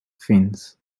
fins